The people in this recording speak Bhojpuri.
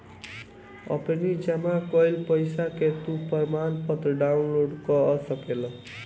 अपनी जमा कईल पईसा के तू प्रमाणपत्र डाउनलोड कअ सकेला